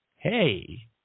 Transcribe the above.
Hey